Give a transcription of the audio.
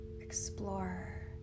explorer